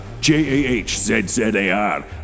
J-A-H-Z-Z-A-R